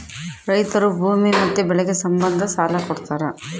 ರೈತರು ಭೂಮಿ ಮತ್ತೆ ಬೆಳೆಗೆ ಸಂಬಂಧ ಸಾಲ ಕೊಡ್ತಾರ